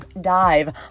dive